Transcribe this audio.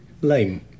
Lame